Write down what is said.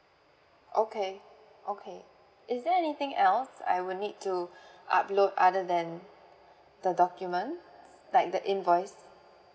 okay okay is there anything else I will need to upload other than the document like the invoice